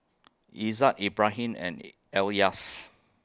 Izzat Ibrahim and Elyas